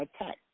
attack